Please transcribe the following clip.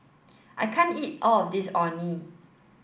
I can't eat all of this Orh Nee